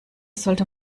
sollte